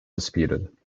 disputed